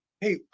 hey